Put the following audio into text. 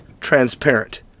transparent